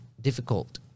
difficult